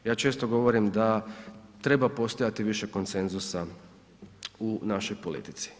Ja često govorim da treba postojati više konsenzusa u našoj politici.